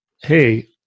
hey